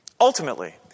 Ultimately